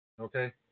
Okay